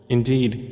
Indeed